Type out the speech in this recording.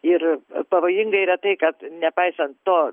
ir pavojinga yra tai kad nepaisant to